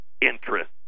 interest